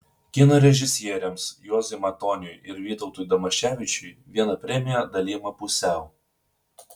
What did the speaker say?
kino režisieriams juozui matoniui ir vytautui damaševičiui viena premija dalijama pusiau